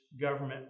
government